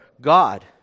God